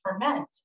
ferment